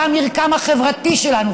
זה המרקם החברתי שלנו,